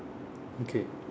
okay